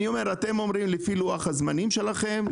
אתם אומרים שלפי לוח הזמנים שלכם,